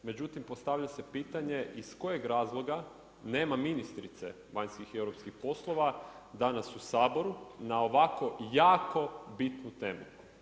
Međutim, postavlja se pitanje, iz kojeg razloga nema ministrice vanjskih i europskih poslova danas u Saboru, na ovako jako bitnu temu?